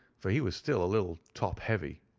for he was still a little top-heavy.